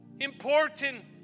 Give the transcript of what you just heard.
Important